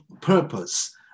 purpose